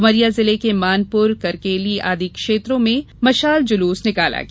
उमरिया जिले के मानपुर करकेली आदि क्षेत्रों में मसाल जुलूस निकाला गया